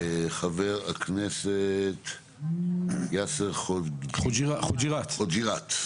חבר הכנסת יאסר חוג'יראת.